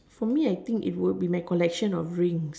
for me I think it would be my collection of rings